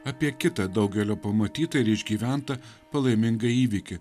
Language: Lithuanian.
apie kitą daugelio pamatytą ir išgyventą palaimingą įvykį